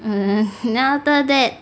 err then after that